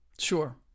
sure